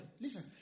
Listen